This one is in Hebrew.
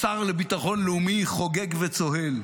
השר לביטחון לאומי חוגג וצוהל,